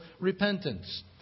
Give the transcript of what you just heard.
repentance